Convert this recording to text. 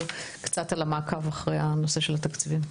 קצת על המעקב אחרי הנושא של התקציבים.